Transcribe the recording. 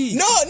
no